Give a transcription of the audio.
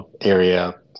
area